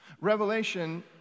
revelation